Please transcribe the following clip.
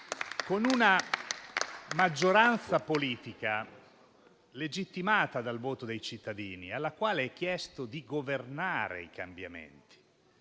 C'è una maggioranza politica legittimata dal voto dei cittadini, alla quale è chiesto di governare i cambiamenti